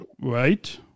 right